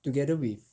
together with